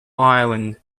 ireland